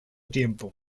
tiempo